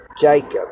Jacob